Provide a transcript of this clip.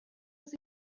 was